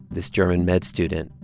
this german med student,